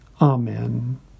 Amen